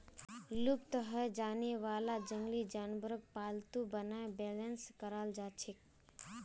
लुप्त हैं जाने वाला जंगली जानवरक पालतू बनाए बेलेंस कराल जाछेक